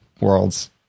worlds